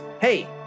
hey